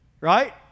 Right